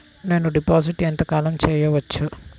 నేను డిపాజిట్ ఎంత కాలం చెయ్యవచ్చు?